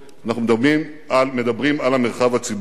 אנחנו מדברים על המרחב הציבורי.